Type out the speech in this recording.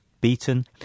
beaten